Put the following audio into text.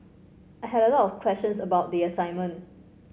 I had a lot of questions about the assignment